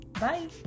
Bye